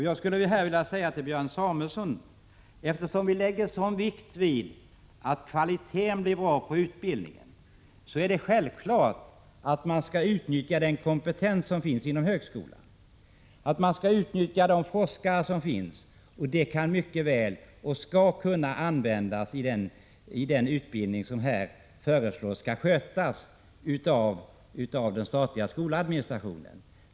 Jag skulle här vilja säga till Björn Samuelson, att eftersom vi lägger sådan vikt vid att kvaliteten på utbildningen blir bra, är det självklart att man skall utnyttja den kompetens som finns inom högskolan, att man skall utnyttja de forskare som finns. Det skall kunna ske vid den utbildning som här föreslås skola skötas av den statliga skoladministrationen.